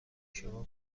شما